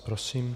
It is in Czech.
Prosím.